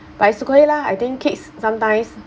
but it's okay lah I think kids sometimes